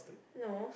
no